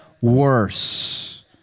worse